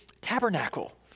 tabernacle